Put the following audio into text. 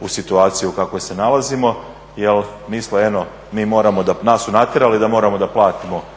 u situaciji u kakvoj se nalazimo jer misle eno mi moramo, nas su tjerali da moramo da platimo